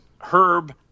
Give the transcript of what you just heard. Herb